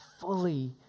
fully